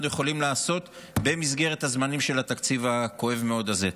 יכולים לעשות במסגרת הזמנים של התקציב הכואב מאוד הזה.